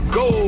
go